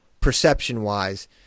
perception-wise